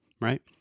right